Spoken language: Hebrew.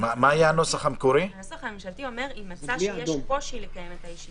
הנוסח הממשלתי אומר: אם מצא שיש קושי לקיים את הישיבה.